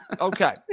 Okay